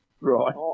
Right